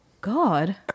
God